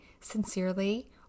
sincerely